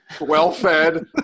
Well-fed